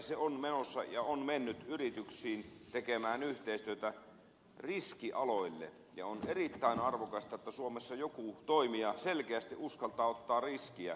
se on menossa ja on mennyt yrityksiin tekemään yhteistyötä riskialoille ja on erittäin arvokasta että suomessa joku toimija selkeästi uskaltaa ottaa riskejä